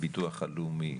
הביטוח הלאומי,